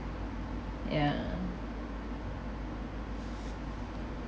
yeah